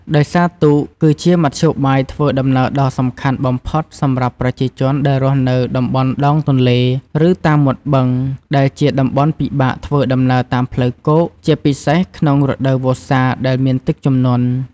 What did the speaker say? ដោយសារទូក គឺជាមធ្យោបាយធ្វើដំណើរដ៏សំខាន់បំផុតសម្រាប់ប្រជាជនដែលរស់នៅតំបន់ដងទន្លេ ឬតាមមាត់បឹង ដែលជាតំបន់ពិបាកធ្វើដំណើរតាមផ្លូវគោក ជាពិសេសក្នុងរដូវវស្សាដែលមានទឹកជំនន់។